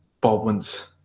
Baldwin's